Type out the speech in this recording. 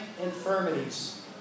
infirmities